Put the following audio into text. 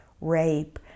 rape